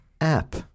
app